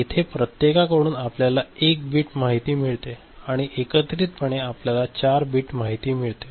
येथे प्रत्येकाकडून आपल्याला 1 बिट माहिती मिळेल आणि एकत्रितपणे आपल्याला 4 बीट माहिती मिळेल